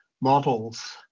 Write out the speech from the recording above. models